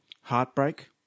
heartbreak